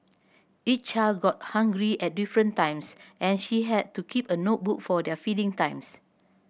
each child got hungry at different times and she had to keep a notebook for their feeding times